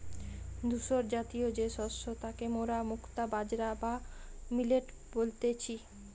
ধূসরজাতীয় যে শস্য তাকে মোরা মুক্তা বাজরা বা মিলেট বলতেছি